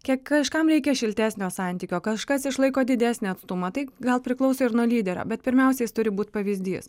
kiek kažkam reikia šiltesnio santykio kažkas išlaiko didesnį atstumą tai gal priklauso ir nuo lyderio bet pirmiausia jis turi būt pavyzdys